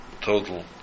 total